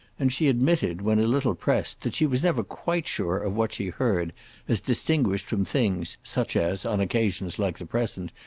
and she admitted when a little pressed that she was never quite sure of what she heard as distinguished from things such as, on occasions like the present,